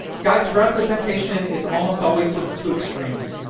guys, for us the temptation is almost always to the two extremes.